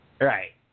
Right